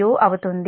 u అవుతుంది